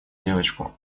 девочку